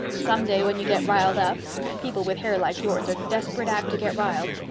someday when you get riled up. and people with hair like yours are desperate apt to get riled.